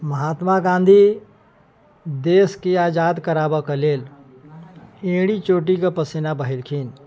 महात्मा गाँधी देश के आजाद कराबऽ कऽ लेल एड़ी चोटीके पसीना बहेलखिन